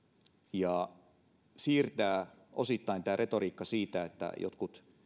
ja siirtää osittain tämä retoriikka siitä että jotkut